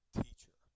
teacher